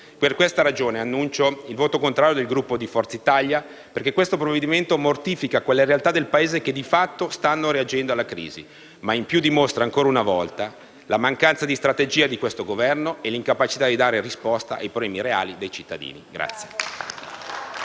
Per questa ragione, dichiaro il voto contrario del Gruppo Forza Italia perché questo provvedimento mortifica quelle realtà del Paese che di fatto stanno reagendo alla crisi; ma in più dimostra, ancora una volta, la mancanza di strategia di questo Governo e l'incapacità di dare risposta ai problemi reali degli italiani.